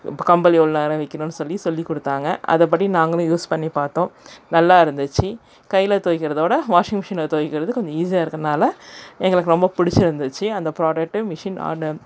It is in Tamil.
கம்பளி எவ்வளோ நேரம் வைக்கணுன்னு சொல்லி சொல்லிக் கொடுத்தாங்க அதுபடி நாங்களும் யூஸ் பண்ணி பார்த்தோம் நல்லா இருந்துச்சு கையில் துவைக்கிறதோட வாஷிங் மிஷினில் துவைக்கிறது கொஞ்சம் ஈஸியாக இருக்கனால் எங்களுக்கு ரொம்ப பிடிச்சிருந்துச்சி அந்த ப்ராடக்ட்டு மிஷின் ஆடோ